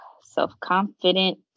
self-confident